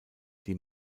die